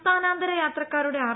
സംസ്ഥാനാന്തര യാത്രക്കാരുടെ ആർ